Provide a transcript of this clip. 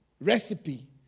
recipe